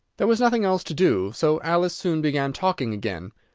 there was nothing else to do, so alice soon began talking again.